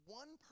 one